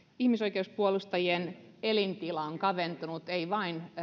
ihmisoikeuspuolustajien elintila on kaventunut ei vain ehkä